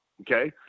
Okay